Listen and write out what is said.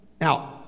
now